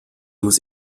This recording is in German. muss